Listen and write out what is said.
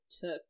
took